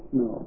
no